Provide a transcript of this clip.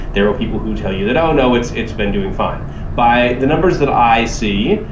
there were people who tell you that i don't know. it's it's been doing fine by the numbers that i see.